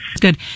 Good